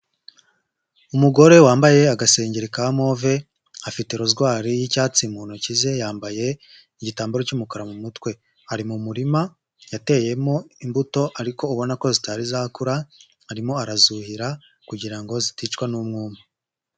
Umugore wambaye agasengeri ka move afite rozwari y'icyatsi mu ntoki ze yambaye igitambaro cy'umukara mu mutwe, ari mu murima yateyemo imbuto ariko ubona ko zitari izakura arimo arazuhira kugira ngo ziticwa n'umwuma.